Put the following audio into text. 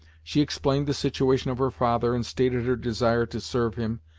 she explained the situation of her father, and stated her desire to serve him,